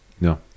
no